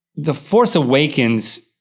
the force awakens,